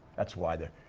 that's why the,